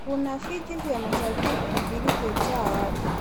kuna viti vya mashabiki vilivyo jaa watu.